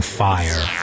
fire